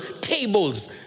tables